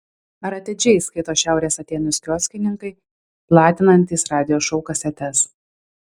ar atidžiai skaito šiaurės atėnus kioskininkai platinantys radijo šou kasetes